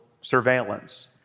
surveillance